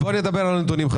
הנתונים: